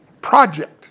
project